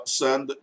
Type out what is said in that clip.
send